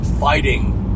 fighting